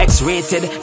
X-rated